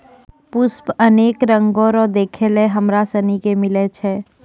पुष्प अनेक रंगो रो देखै लै हमरा सनी के मिलै छै